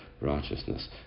righteousness